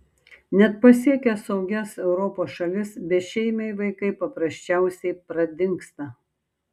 net pasiekę saugias europos šalis bešeimiai vaikai paprasčiausiai pradingsta